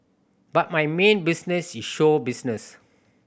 but my main business is show business